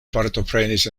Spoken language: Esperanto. partoprenis